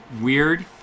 weird